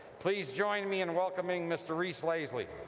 please join me in welcoming mr. reese lasley